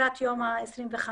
לקראת יום ה-25,